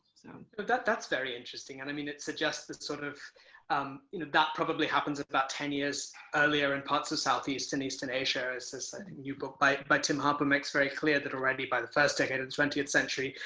so that's very interesting. and i mean it suggests that sort of um you know that probably happens about ten years earlier, in parts of southeast and eastern asia, as as the new book by by tim harper makes very clear, that already by the first decade of the twentieth century,